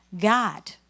god